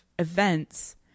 events